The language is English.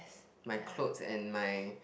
my clothes and my